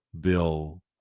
bill